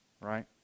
Right